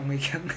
ang wei kiang